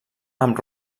amb